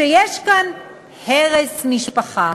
שיש כאן הרס משפחה.